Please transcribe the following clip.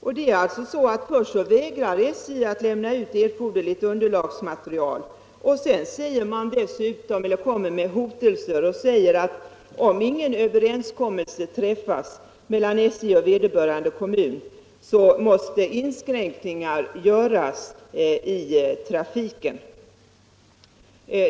Först vägrar alltså SJ att lämna ut erforderligt underlagsmaterial och sedan kommer man med hotelser och säger att om ingen överenskommelse träffas mellan SJ och vederbörande kommun måste inskränkningar göras i trafiken.